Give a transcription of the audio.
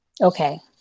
Okay